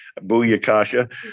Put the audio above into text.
Booyakasha